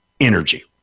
energy